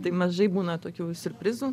tai mažai būna tokių siurprizų